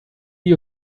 you